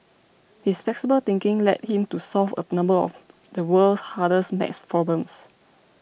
his flexible thinking led him to solve a number of the world's hardest maths problems